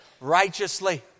righteously